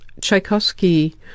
Tchaikovsky